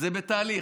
זה בתהליך.